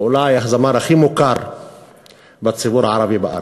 הוא אולי הזמר הכי מוכר בציבור הערבי בארץ.